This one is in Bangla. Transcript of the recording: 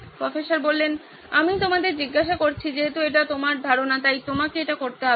প্রফেসর আমি তোমাদের জিজ্ঞাসা করছি যেহেতু এটা তোমার ধারণা তাই তোমাকে এটা করতে হবে